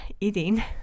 eating